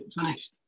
finished